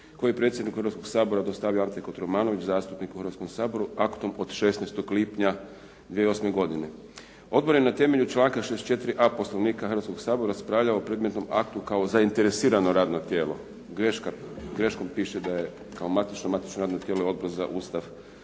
koji je predsjedniku Hrvatskog sabora dostavio Ante Kotromanović zastupnik u Hrvatskom saboru aktom od 16. lipnja 2008. godine. Otvoren je na temelju članka 64.a Poslovnika Hrvatskog sabora i raspravljao o predmetnom aktu kao zainteresirano radno tijelo. Greškom piše da je kao matično, matično radno tijelo je Odbor za Ustav,